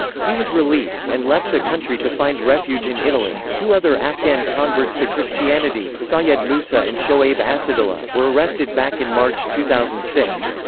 he was released and left the country to find refuge in italy two other afghan converts to christianity, sayed mussa and shoaib assadullah, were arrested back in march two thousand and six.